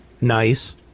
Nice